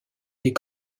des